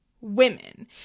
women